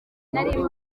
nari